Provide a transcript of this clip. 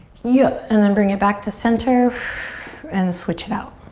yeah! and then bring it back to center and switch it out.